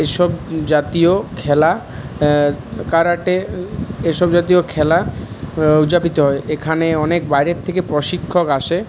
এসব জাতীয় খেলা কারাটে এসব জাতীয় খেলা উদযাপিত হয় এখানে অনেক বাইরের থেকে প্রশিক্ষক আসে